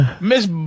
Miss